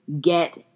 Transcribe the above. get